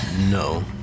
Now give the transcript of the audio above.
No